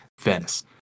venice